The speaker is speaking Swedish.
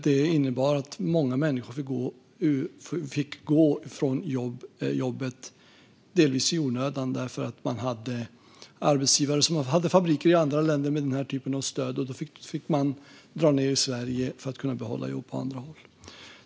Det innebar att många människor fick gå från jobben, delvis i onödan, därför att de hade arbetsgivare som hade fabriker i andra länder med den här typen av stöd. Då fick man dra ned i Sverige för att kunna behålla jobb på andra håll.